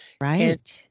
Right